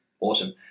awesome